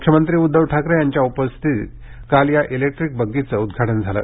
मुख्यमंत्री उद्धव ठाकरे यांच्या उपस्थितीत काल या इलेक्ट्रिक बग्गींचं उद्घाटन झालं